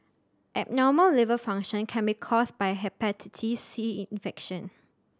abnormal liver function can be caused by Hepatitis C infection